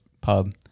pub